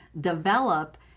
develop